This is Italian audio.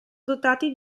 dotati